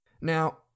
Now